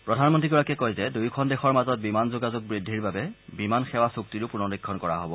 প্ৰধানমন্ত্ৰী গৰাকীয়ে কয় যে দুয়োখন দেশৰ মাজত বিমান যোগাযোগ বৃদ্ধিৰ বাবে বিমান সেৱা চুক্তিৰো পুনৰীক্ষণ কৰা হব